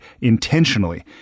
intentionally